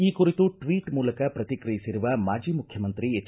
ಈ ಕುರಿತು ಟ್ವೀಟ್ ಮೂಲಕ ಪ್ರತಿಕ್ರಯಿಸಿರುವ ಮಾಜಿ ಮುಖ್ಯಮಂತ್ರಿ ಎಚ್